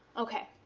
ok,